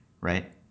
right